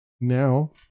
now